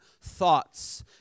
thoughts